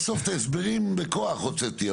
בסוף את ההסברים בכוח הוצאתי,